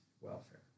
welfare